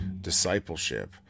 discipleship